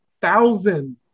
thousand